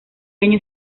año